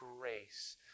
grace